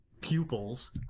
pupils